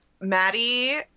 Maddie